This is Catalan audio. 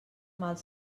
mals